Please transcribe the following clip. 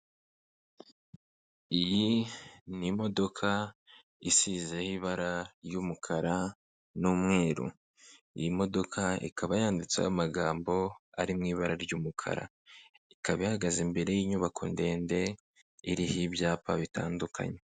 Iyi ni imodoka isize y ibara ry'umukara n'umweru, iyi modoka ikaba yanditseho amagambo ari mu ibara ry'umukara, ikaba ihagaze imbere y'inyubako ndende iriho ibyapa bitandukanye.